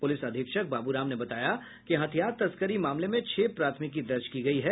police अधीक्षक बाबूराम ने बताया कि हथियार तस्करी मामले में छह प्राथमिकी दर्ज की गयी है